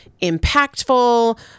impactful